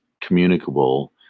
communicable